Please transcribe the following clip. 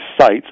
sites